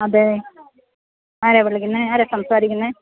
അതെ ആരാണ് വിളിക്കുന്നത് ആരാണ് സംസാരിക്കുന്നത്